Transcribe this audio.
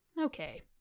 Okay